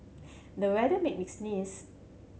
the weather made me sneeze